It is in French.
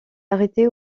arrêtée